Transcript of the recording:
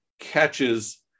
catches